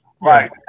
Right